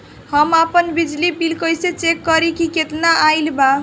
हम आपन बिजली बिल कइसे चेक करि की केतना आइल बा?